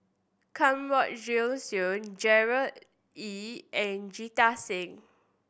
Kanwaljit Soin Gerard Ee and Jita Singh